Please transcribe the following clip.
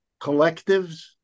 collectives